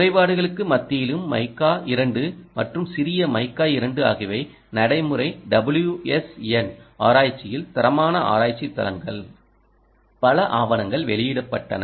குறைபாடுகளுக்கு மத்தியிலும் மைக்கா2 மற்றும் சிறிய மைக்கா2 ஆகியவை நடைமுறை WSN ஆராய்ச்சியில் தரமான ஆராய்ச்சி தளங்கள் பல ஆவணங்கள் வெளியிட்டன